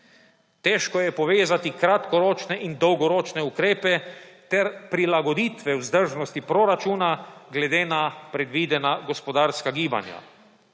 Težko je povezati kratkoročne in dolgoročne ukrepe ter prilagoditve vzdržnosti proračuna glede na predvidena gospodarska gibanja.